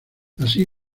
así